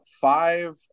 five